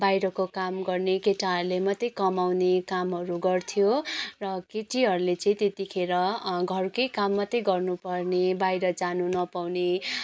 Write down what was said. बाहिरको काम गर्ने केटाहरूले मात्रै कमाउने कामहरू गर्थ्यो र केटीहरूले चाहिँ त्यतिखेर घरकै काम मात्रै गर्नु पर्ने बाहिर जानु नपाउने